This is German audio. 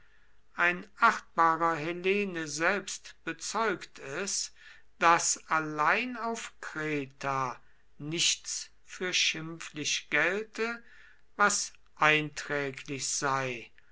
ein achtbarer hellene selbst bezeugt es daß allein auf kreta nichts für schimpflich gelte was einträglich sei